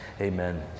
Amen